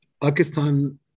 Pakistan